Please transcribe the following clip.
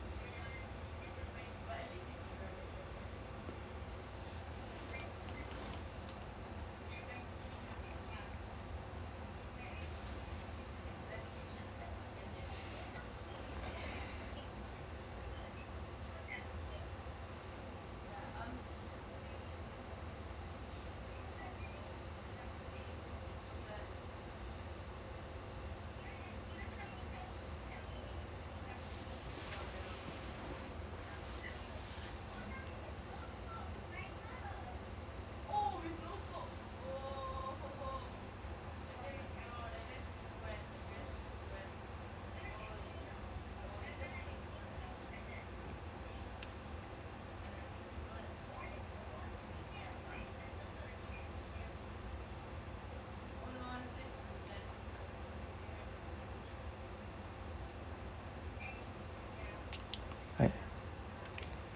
right